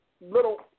little